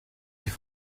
sich